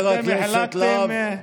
אתם החלטתם,